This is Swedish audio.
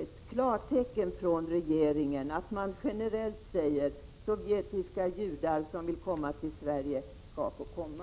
ett klartecken från regeringen, att regeringen generellt säger att sovjetiska judar som vill komma till Sverige skall få komma.